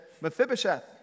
Mephibosheth